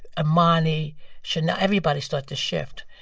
armani, chanel everybody started to shift.